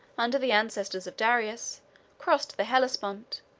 under the ancestors of darius crossed the hellespont,